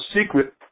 secret